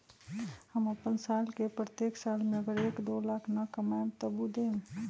हम अपन साल के प्रत्येक साल मे अगर एक, दो लाख न कमाये तवु देम?